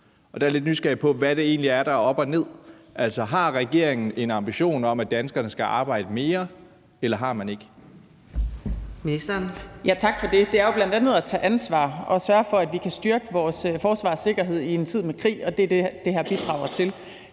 Der er jeg lidt nysgerrig på, hvad det egentlig er, der er op og ned. Har regeringen en ambition om, at danskerne skal arbejde mere, eller har den ikke?